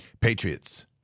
Patriots